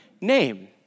name